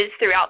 throughout